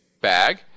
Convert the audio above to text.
bag